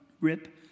Rip